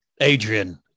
Adrian